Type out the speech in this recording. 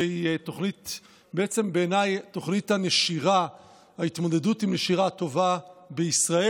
שהיא התוכנית הטובה בישראל להתמודדות עם נשירה בישראל,